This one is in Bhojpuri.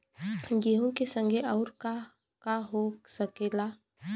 गेहूँ के संगे आऊर का का हो सकेला?